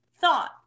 thoughts